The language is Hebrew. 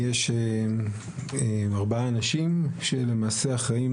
יש ארבעה אנשים שלמעשה אחראיים